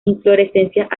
inflorescencias